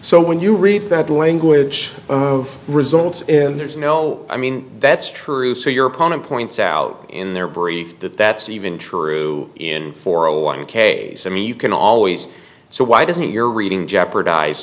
so when you read that language of results in there's no i mean that's true so your opponent points out in their brief that that's even true in for a one k's i mean you can always so why doesn't your reading jeopardize